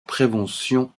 prévention